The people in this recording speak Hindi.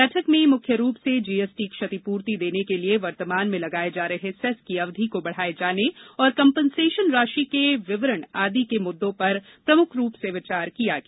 बैठक में मुख्य रूप से जीएसटी क्षतिपूर्ति देने के लिए वर्तमान में लगाए जा रहे सेस की अवधि को बढ़ाए जाने और कंपनसेशन राशि के वितरण आदि के मुद्दों पर प्रमुख रूप से विचार किया गया